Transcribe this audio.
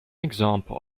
example